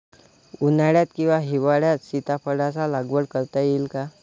उन्हाळ्यात किंवा हिवाळ्यात सीताफळाच्या लागवड करता येईल का?